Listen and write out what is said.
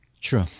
True